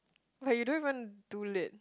but you don't even do lit